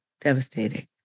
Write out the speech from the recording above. devastating